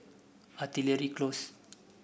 Artillery Close